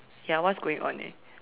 ya what's going on eh